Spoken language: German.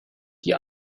die